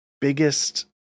biggest